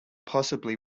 possibly